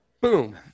boom